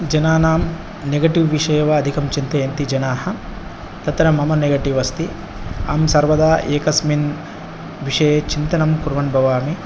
जनानां नेगेटिव् विषय वा अधिकं चिन्तयति जनाः तत्र मम नेगेटिव् अस्ति अहं सर्वदा एकस्मिन् विषये चिन्तनं कुर्वन् भवामि